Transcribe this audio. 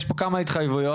יש פה כמה התחייבויות.